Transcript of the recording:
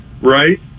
right